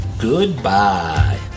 Goodbye